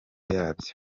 yabyo